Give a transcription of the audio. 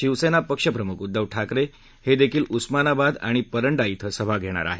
शिवसेना पक्षप्रमुख उद्दव ठाकरे हे देखील उस्मानाबाद आणि परंडा क्रिं सभा घेणार आहेत